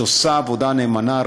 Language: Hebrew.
שעושה עבודה נאמנה,